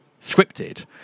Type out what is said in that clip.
scripted